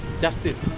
justice